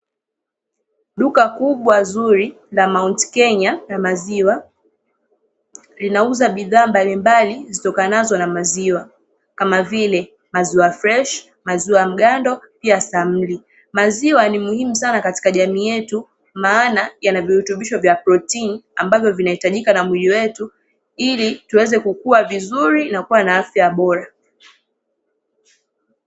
Duka kubwa zuri la "Mount Kenya" la maziwa, linauza bidhaa mbalimbali zitokanazo na maziwa, kama vile: maziwa freshi, maziwa mgando, pia samli. Maziwa ni muhimu sana katika jamii yetu, maana yana virutubisho vya protini ambavyo vinahitajika na mwili wetu ili tuweze kukua vizuri na kuwa na afya bora.